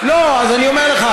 לא, אז אני אומר לך.